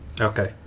okay